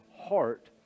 heart